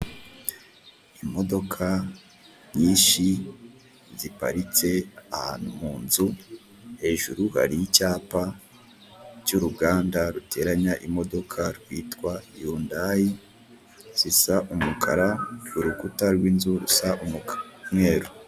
Imodoka nyinshi ziparitse ahantu mu nzu hejuru hari icyapa cy'uruganda ruteranya imodoka bitwara indaya zisa umukara urukuta rw'inzu gusa umugabo w'umweru.